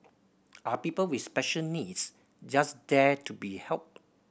are people with special needs just there to be helped